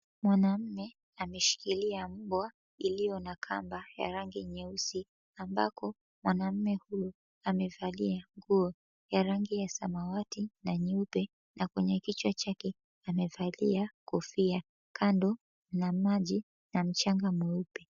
Mwanaume, ameshikilia mbwa iliyo na kamba ya rangi nyeusi. Ambako, mwanamume huyo amevalia nguo ya rangi ya samawati na nyeupe, na kwenye kichwa chake amevalia kofia. Kando na maji na mchanga mweupe.